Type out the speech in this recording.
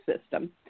system